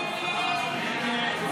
זה לחלופין א', כן?